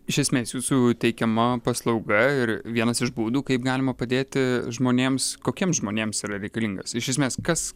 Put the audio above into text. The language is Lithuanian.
iš esmės jūsų teikiama paslauga ir vienas iš būdų kaip galima padėti žmonėms kokiems žmonėms yra reikalingas iš esmės kas